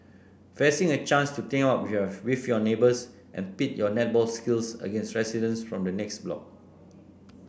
fancy a chance to team up your with your neighbours and pit your netball skills against residents from the next block